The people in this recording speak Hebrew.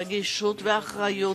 רגישות ואחריות,